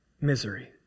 misery